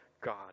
God